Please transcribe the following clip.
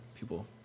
people